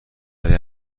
برای